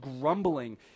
grumbling